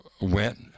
went